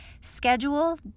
schedule